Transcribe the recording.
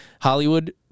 Hollywood